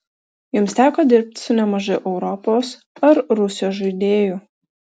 jums teko dirbti su nemažai europos ar rusijos žaidėjų